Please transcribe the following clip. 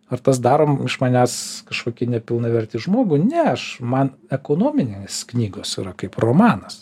ar tas darom iš manęs kažkokį nepilnavertį žmogų ne aš man ekonominės knygos yra kaip romanas